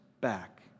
back